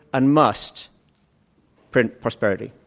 and must print prosperity.